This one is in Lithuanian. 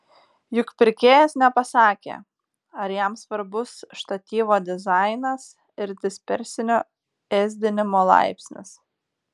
juk pirkėjas nepasakė ar jam svarbus štatyvo dizainas ir dispersinio ėsdinimo laipsnis